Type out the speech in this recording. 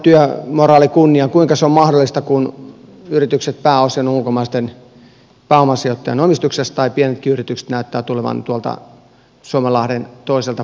suomalainen työmoraali kunnia kuinka se on mahdollista kun yritykset pääosin ovat ulkomaisten pääomasijoittajien omistuksessa tai pienetkin yritykset näyttävät tulevan tuolta suomenlahden toiselta puolelta